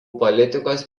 politikos